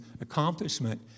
accomplishment